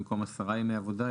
במקום עשרה ימי עבודה,